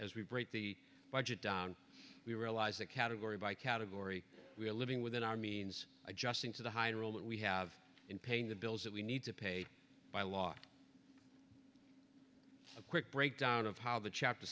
as we break the budget down we realize that category by category we're living within our means adjusting to the high rule that we have in paying the bills that we need to pay by law a quick break down of how the chapter